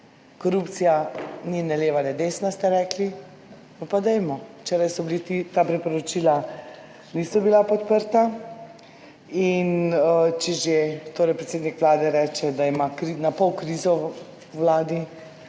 Korupcija ni ne leva ne desna, ste rekli, potem pa dajmo. Včeraj ta priporočila niso bila podprta. In če že torej predsednik Vlade reče, da ima na pol krizo v Vladi